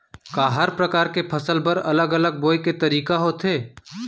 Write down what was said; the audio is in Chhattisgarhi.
का हर प्रकार के फसल बर अलग अलग बोये के तरीका होथे?